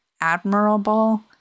Admirable